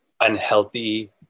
unhealthy